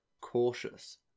cautious